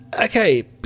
Okay